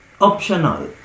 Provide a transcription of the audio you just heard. optional